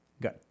Good